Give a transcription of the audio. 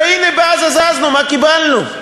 הרי הנה, בעזה זזנו, מה קיבלנו?